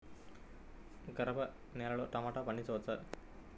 గరపనేలలో టమాటా పండించవచ్చా?